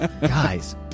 Guys